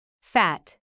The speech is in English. Fat